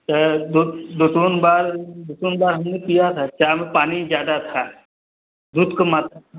दोन बार दो तीन बार हमने पीया था चाय में पानी ज़्यादा था दूध का मात